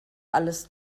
alles